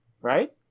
Right